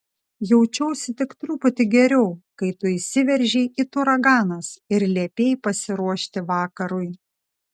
jaučiausi tik truputį geriau kai tu įsiveržei it uraganas ir liepei pasiruošti vakarui